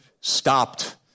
stopped